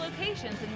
locations